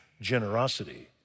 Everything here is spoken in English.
generosity